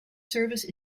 service